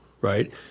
right